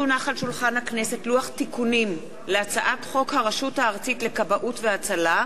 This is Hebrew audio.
לוח תיקונים להצעת חוק הרשות הארצית לכבאות והצלה,